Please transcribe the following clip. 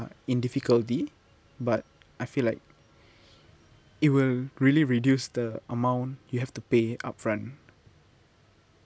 in difficulty but I feel like it will really reduce the amount you have to pay upfront